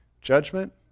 Judgment